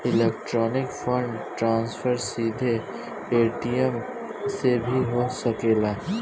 electronic fund transfer सीधे ATM से भी हो सकेला